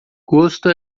gosto